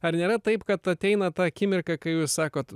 ar nėra taip kad ateina ta akimirka kai jūs sakot